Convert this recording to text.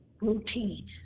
routine